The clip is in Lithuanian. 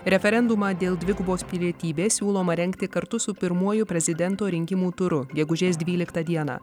referendumą dėl dvigubos pilietybės siūloma rengti kartu su pirmuoju prezidento rinkimų turu gegužės dvyliktą dieną